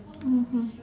mmhmm